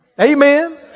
Amen